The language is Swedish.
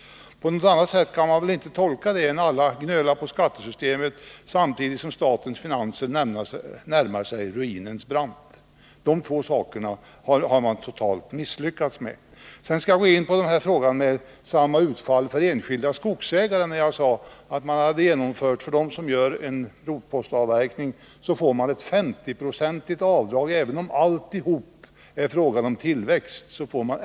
På något annat sätt kan man inte tolka det faktum att alla gnölar på skattesystemet samtidigt som statens finanser närmar sig ruinens brant. De två sakerna har regeringen totalt misslyckats med. Jag sade att de som gör en rotpostavverkning får ett 50-procentigt avdrag även om alltihop är tillväxt.